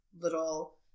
little